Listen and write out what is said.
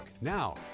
Now